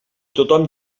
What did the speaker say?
tothom